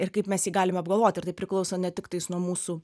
ir kaip mes jį galim apgalvoti ir tai priklauso ne tiktai nuo mūsų